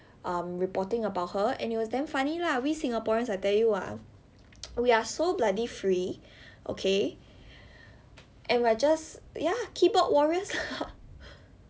um reporting about her and it was damn funny lah we singaporeans I tell you ah we are so bloody free okay and we are just yeah keyboard warriors lah